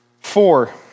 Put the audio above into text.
four